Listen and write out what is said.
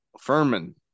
Furman